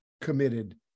committed